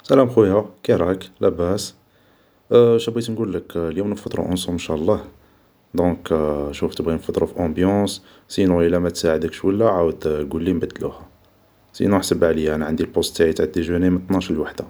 سلام خويا كيراك لاباس ؟ شا بغيت نقولك اليوم نفطرو اونصومبل نشاء الله, دونك تبغي نفطرو في اونبيونص سينون ادا ما تساعدكش و لا عاود قولي نبدلوها سينون حسب عليا انا عندي بوز ديجوني من طناش للوحدة